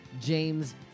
James